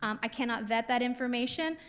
um i cannot vet that information,